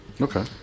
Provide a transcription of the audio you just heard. Okay